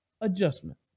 adjustment